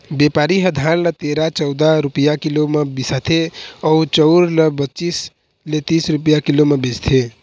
बेपारी ह धान ल तेरा, चउदा रूपिया किलो म बिसाथे अउ चउर ल पचीस ले तीस रूपिया किलो म बेचथे